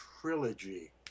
trilogy